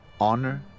Honor